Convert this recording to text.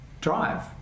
drive